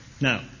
now